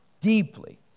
Deeply